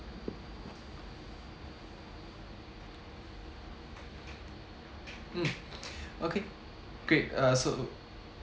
mm okay great uh so